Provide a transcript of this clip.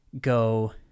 go